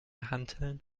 hanteln